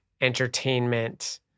entertainment